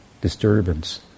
disturbance